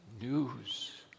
news